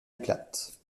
éclate